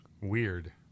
Weird